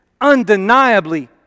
undeniably